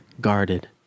Guarded